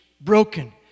broken